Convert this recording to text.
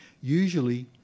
Usually